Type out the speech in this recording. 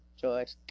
George